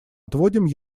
отводим